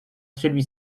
celui